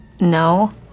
No